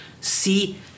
see